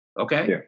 Okay